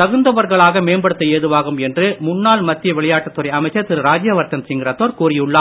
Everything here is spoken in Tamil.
தகுந்தவர்களாக மேம்படுத்த ஏதுவாகும் என்று முன்னாள் மத்திய விளையாட்டு துறை அமைச்சர் திரு ராஜ்யவர்தன் சிங் ரத்தோர் கூறியுள்ளார்